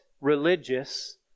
religious